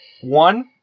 One